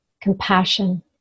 compassion